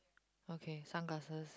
okay some glasses